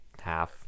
half